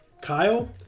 Kyle